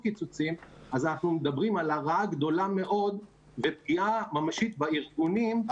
קיצוצים אנחנו מדברים על הרעה גדולה מאוד ופגיעה ממשית בארגונים.